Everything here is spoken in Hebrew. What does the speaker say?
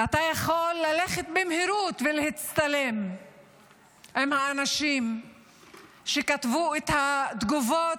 ואתה יכול ללכת במהירות ולהצטלם עם האנשים שכתבו את התגובות,